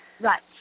Right